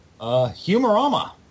Humorama